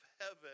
heaven